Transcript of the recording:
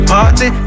Party